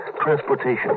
transportation